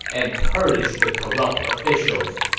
and purge the corrupt officials.